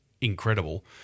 incredible